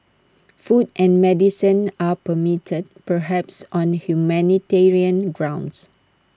food and medicine are permitted perhaps on humanitarian grounds